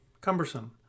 Cumbersome